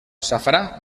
safrà